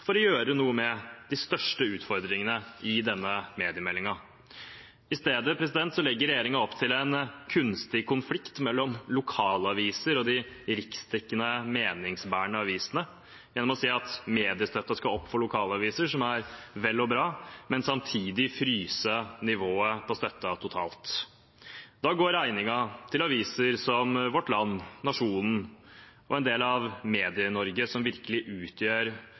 for å gjøre noe med de største utfordringene i denne mediemeldingen. I stedet legger regjeringen opp til en kunstig konflikt mellom lokalaviser og de riksdekkende, meningsbærende avisene gjennom å si at mediestøtten skal opp for lokalaviser, som er vel og bra, men samtidig fryses nivået på støtten totalt. Da går regningen til aviser som Vårt Land, Nationen og en del av Medie-Norge som virkelig utgjør